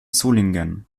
solingen